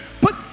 Put